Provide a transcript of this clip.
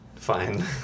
Fine